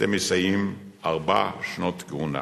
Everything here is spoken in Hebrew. אתם מסיימים ארבע שנות כהונה.